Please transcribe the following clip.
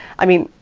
i mean,